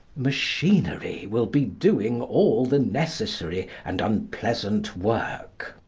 machinery will be doing all the necessary and unpleasant work.